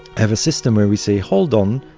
have a system where we say, hold on,